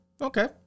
okay